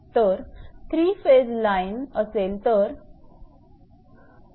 जर 3 phase line असेल तर 𝑃𝑐16